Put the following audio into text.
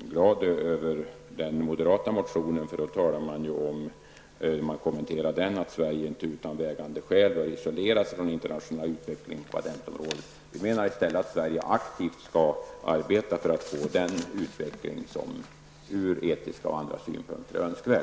glad över den moderata motionen. När den kommenterades sades det att Sverige inte utan vägande skäl bör isolera sig från den internationella utvecklingen på patentområdet. Vi menar i stället att Sverige aktivt skall arbeta för att få den utveckling som är önskvärd ur etiska och andra synpunkter.